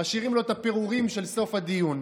משאירים לו את הפירורים של סוף הדיון.